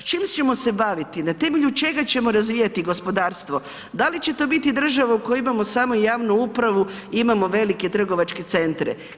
Čime ćemo se baviti, na temelju čega ćemo razvijati gospodarstvo, da li će to biti država u kojoj imamo samo javnu upravu i imamo velike trgovačke centre?